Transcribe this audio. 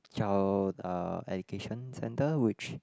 child uh education center which